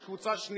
יש קבוצה שנייה,